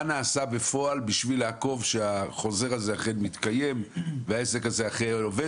נעשה בפועל בשביל לעקוב ולראות שהחוזר הזה אכן מתקיים והעסק הזה עובד